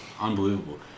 Unbelievable